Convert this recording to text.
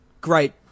Great